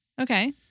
Okay